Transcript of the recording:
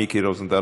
מיקי רוזנטל,